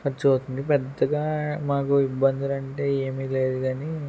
ఖర్చు అవుతుంది పెద్దగా మాకు ఇబ్బందులు అంటే ఏమీ లేదుగానీ